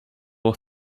auch